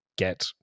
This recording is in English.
Get